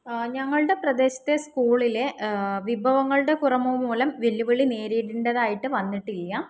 ഞങ്ങളുടെ പ്രദേശത്തെ സ്കൂളിലെ വിഭവങ്ങളുടെ കുറവ് മൂലം വെല്ലുവിളി നേരിടേണ്ടതായിട്ട് വന്നിട്ടില്ല